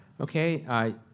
okay